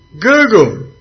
Google